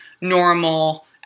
normal